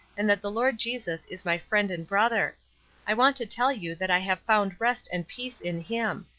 and that the lord jesus is my friend and brother i want to tell you that i have found rest and peace in him.